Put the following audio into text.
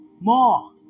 more